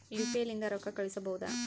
UPI ಲಿಂದ ರೊಕ್ಕ ಕಳಿಸಬಹುದಾ?